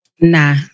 Nah